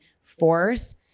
force